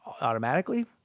automatically